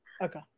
Okay